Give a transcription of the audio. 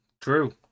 True